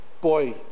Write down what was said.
boy